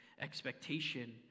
expectation